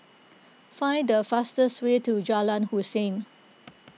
find the fastest way to Jalan Hussein